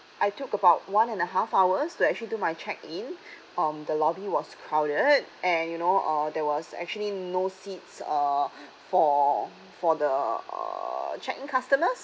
I took about one and a half hours to actually do my check-in um the lobby was crowded and you know uh there was actually no seats uh for for the uh check-in customers